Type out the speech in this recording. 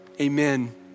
amen